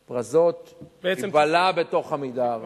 "פרזות" תיבלע בתוך "עמידר".